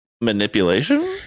Manipulation